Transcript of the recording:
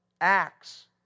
Acts